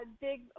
big